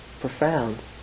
profound